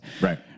Right